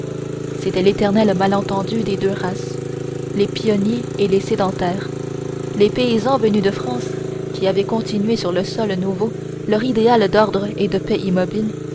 c'était l'éternel malentendu des deux races les pionniers et les sédentaires les paysans venus de france qui avaient continué sur le sol nouveau leur idéal d'ordre et de paix immobile